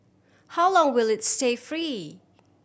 how long will it stay free